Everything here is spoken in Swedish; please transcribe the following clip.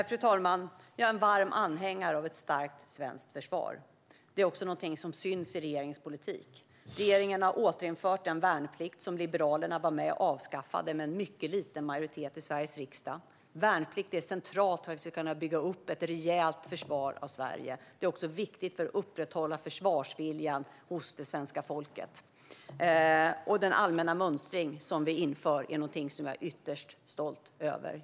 Fru talman! Jag är en varm anhängare av ett starkt svenskt försvar. Det är också någonting som syns i regeringens politik. Regeringen har återinfört den värnplikt som Liberalerna var med och avskaffade med mycket liten majoritet i Sveriges riksdag. Värnplikten är central för att vi ska kunna bygga upp ett rejält försvar av Sverige. Den är också viktig för att upprätthålla försvarsviljan hos det svenska folket. Den allmänna mönstring som vi inför är någonting som jag är ytterst stolt över.